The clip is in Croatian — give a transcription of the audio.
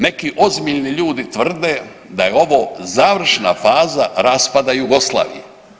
Neki ozbiljni ljudi tvrde da je ovo završna faza raspada Jugoslavije.